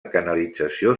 canalització